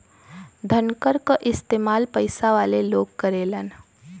धनकर क इस्तेमाल पइसा वाले लोग करेलन